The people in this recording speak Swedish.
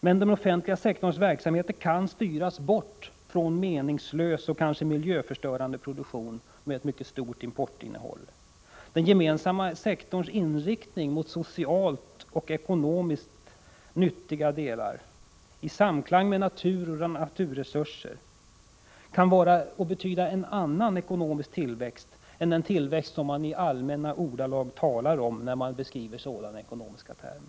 Men den offentliga sektorns verksamheter kan styras bort från meningslös och kanske miljöförstörande produktion med mycket stort importinnehåll. Den gemensamma sektorns inriktning mot socialt och ekonomiskt nyttiga delar i samklang med natur och naturresurser kan betyda en annan tillväxt än en sådan som man i allmänna ordalag talar om när man beskriver den i ekonomiska termer.